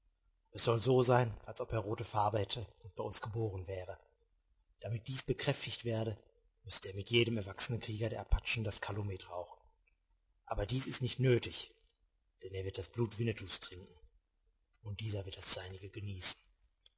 es soll so sein als ob er rote farbe hätte und bei uns geboren wäre damit dies bekräftigt werde müßte er mit jedem erwachsenen krieger der apachen das calumet rauchen aber dies ist nicht nötig denn er wird das blut winnetous trinken und dieser wird das seinige genießen